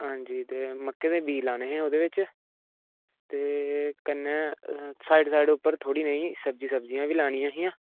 हां जी ते मक्कें दे बीऽ लाने हे ओह्दे बिच्च ते कन्नै साइड साइड उप्पर थोह्ड़ी नेही सब्जी सब्ज़ियां बी लानियां हियां